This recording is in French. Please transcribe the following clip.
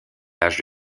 l’âge